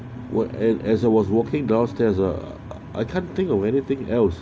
!wah! and as I was walking downstairs ah I can't think of anything else